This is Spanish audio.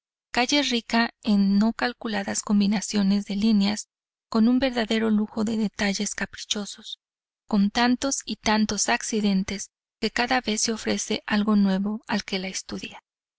calle rica en no calculadas combinaciones de líneas con un verdadero lujo de detalles caprichosos con tantos y tantos accidentes que cada vez ofrece algo nuevo al que la estudia